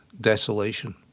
desolation